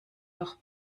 noch